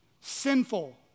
Sinful